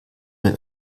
den